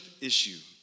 issue